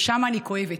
שם אני כואבת.